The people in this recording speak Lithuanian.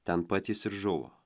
ten pat jis ir žuvo